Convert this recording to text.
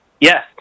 Yes